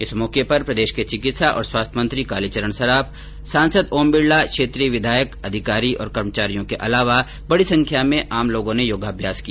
इस मौके पर प्रदेश के चिकित्सा और स्वास्थ्य मंत्री कालीचरण सराफ सांसद ओम बिडला क्षेत्रीय विधायक अधिकारी और कर्मचारियों के अलावा बड़ी संख्या में लोगों ने योगाभ्यास किया